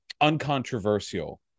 uncontroversial